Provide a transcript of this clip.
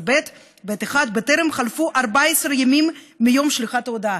13(ב)(1), בטרם חלפו 14 ימים מיום שליחת ההודעה.